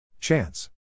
Chance